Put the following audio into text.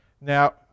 Now